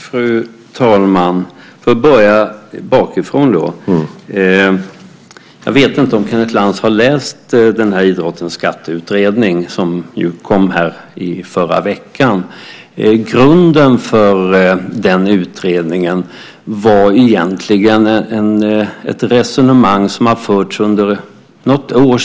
Fru talman! Jag kanske får börja bakifrån. Jag vet inte om Kenneth Lantz har läst idrottens skatteutredning som kom förra veckan. Grunden för den utredningen var egentligen ett resonemang som förts i varje fall under något år.